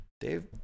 Dave